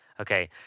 okay